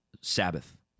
Sabbath